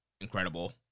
incredible